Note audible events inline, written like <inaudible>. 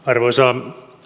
<unintelligible> arvoisa